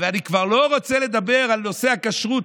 אני כבר לא רוצה לדבר על נושא הכשרות,